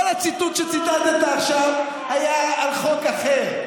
כל הציטוט שציטטת עכשיו היה על חוק אחר.